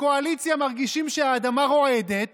בקואליציה מרגישים שהאדמה רועדת